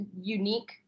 Unique